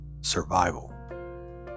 survival